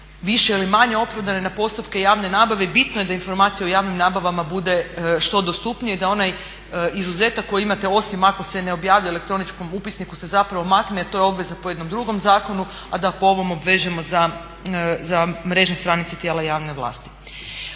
više ili manje opravdane na postupke javne nabave i bitno je da informacije o javnoj nabavi budu što dostupnije, da onaj izuzetak koji imate osim ako se ne objavljuje u elektroničkom upisniku se zapravo makne, a to je obveza po jednom drugom zakonu, a da po ovom obvežemo za mrežne stranice tijela javne vlasti.